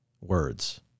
words